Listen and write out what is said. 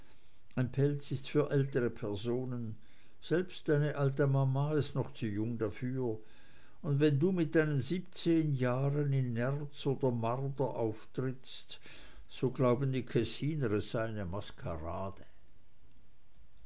ein pelz ist für ältere personen selbst deine alte mama ist noch zu jung dafür und wenn du mit deinen siebzehn jahren in nerz oder marder auftrittst so glauben die kessiner es sei eine maskerade